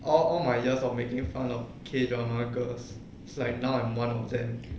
all all my years of making fun of K drama girls is like now I'm one of them